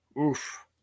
Oof